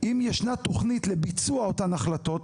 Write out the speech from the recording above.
אם ישנה תכנית לביצוע אותן החלטות,